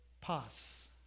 pass